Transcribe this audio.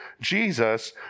Jesus